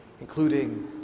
Including